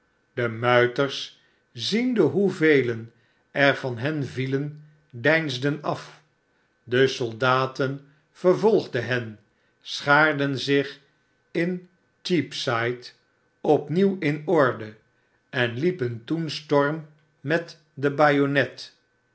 de muiters ziende hoevelen er van hen vielen deinsden af de soldaten vervolgden hen schaarden zich in cheap side op nieuw in orde en liepen toen storm met e